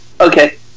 Okay